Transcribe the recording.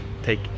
take